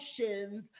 emotions